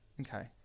Okay